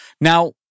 now